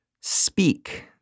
speak